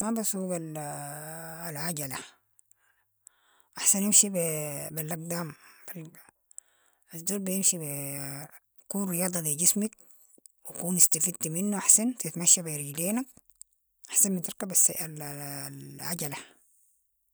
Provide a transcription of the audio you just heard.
ما بسوق العجلة، احسن امشي بالاقدام الزول بيمشي- بكون رياضة لي جسمك و بكون استفدتي منو احسن تتمشى بي رجلينك، احسن من تركب- العجلة.